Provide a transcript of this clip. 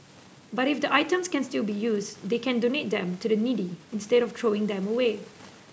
but if the items can still be used they can donate them to the needy instead of throwing them away